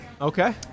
Okay